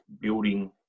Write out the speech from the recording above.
building